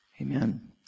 Amen